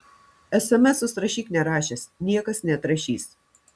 esemesus rašyk nerašęs niekas neatrašys